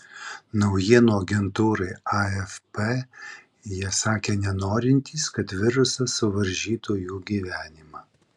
naujienų agentūrai afp jie sakė nenorintys kad virusas suvaržytų jų gyvenimą